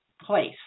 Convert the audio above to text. place